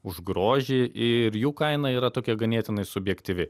už grožį ir jų kaina yra tokia ganėtinai subjektyvi